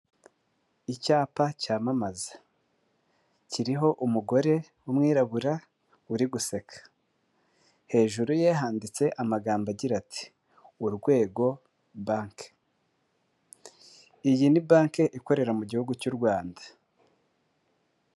Icyapa cyamamaza. Kiriho umugore w'umwirabura, uri guseka. Hejuru ye handitse amagambo agira ati, "Urwego banki". Iyi ni banki ikorera mu gihugu cy'u Rwanda.